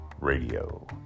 Radio